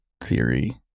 theory